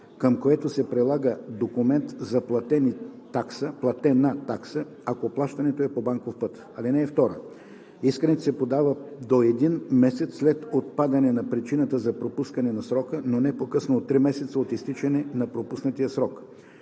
към което се прилага документ за платена такса, ако плащането е по банков път. (2) Искането се подава до един месец след отпадане на причината за пропускане на срока, но не по-късно от три месеца от изтичане на пропуснатия срок.